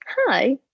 Hi